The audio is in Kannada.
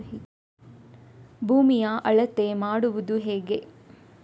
ಭೂಮಿಯ ಅಳತೆ ಮಾಡುವುದು ಹೇಗೆ?